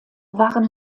waren